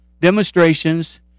demonstrations